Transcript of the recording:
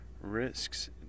risks